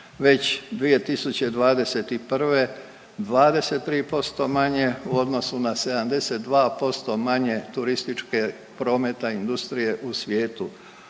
Već 2021. 23% manje u odnosu na 72% manje turističke prometa, industrije u svijetu.